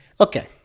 Okay